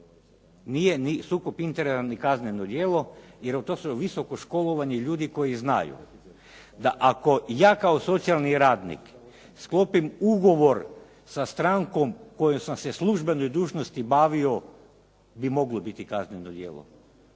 ni sukob interesa ni kazneno djelo, jer to su visoko školovani ljudi koji znaju da ako ja kao socijalni radnik sklopim ugovor sa strankom kojom sam se po službenoj dužnosti bavio, bi moglo biti kazneno djelo.